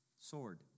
sword